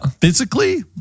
physically